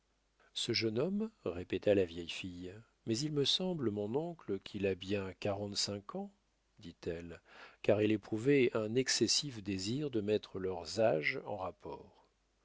ce jeune homme répéta la vieille fille mais il me semble mon oncle qu'il a bien quarante-cinq ans dit-elle car elle éprouvait un excessif désir de mettre leurs âges en rapport